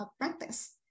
practice